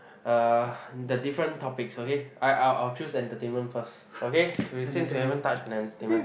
ah the different topics okay I I'll choose entertainment first okay we since we haven't touched on entertainment